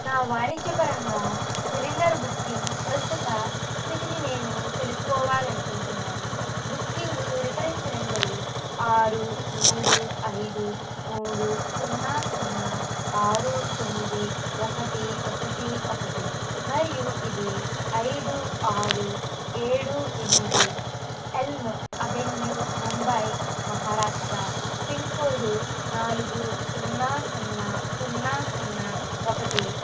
నా వాణిజ్యపరంగా cylinder booking ప్రస్తుత స్థితిని నేను తెలుసుకోవాలనుకుంటున్నాను బుకింగు రిఫరెన్స్ నంబరు ఆరు మూడు ఐదు మూడు సున్నా సున్నా ఆరు తొమ్మిది ఒకటి ఒకటి ఒకటి మరియు ఇది ఐదు ఆరు ఏడు ఎనిమిది elm avenue Mumbai Maharashtra pin code నాలుగు సున్నా సున్నా సున్నా సున్నా ఒకటి